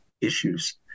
issues